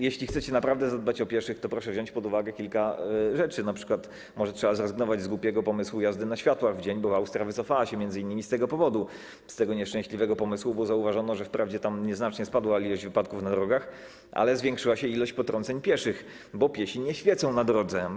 Jeśli chcecie naprawdę zadbać o pieszych, to proszę wziąć pod uwagę kilka rzeczy, np. może trzeba zrezygnować z głupiego pomysłu jazdy na światłach w dzień, bo Austria wycofała się m.in. z tego powodu z tego nieszczęśliwego pomysłu, że zauważono, że wprawdzie tam nieznacznie spadła ilość wypadków na drogach, ale zwiększyła się ilość potrąceń pieszych, bo piesi nie świecą na drodze.